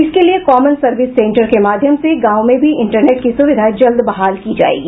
इसके लिये common service centre के माध्यम से गांव में भी इंटरनेट की सुविधा जल्द बहाल की जायेगी